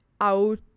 out